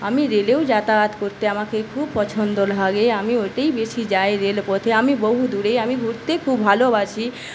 আমি রেলেও যাতায়াত করতে আমাকে খুব পছন্দ লাগে আমি ওইটাই বেশী যাই রেলপথে আমি বহুদূরে আমি ঘুরতে খুব ভালোবাসি